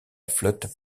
flotte